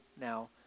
now